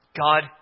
God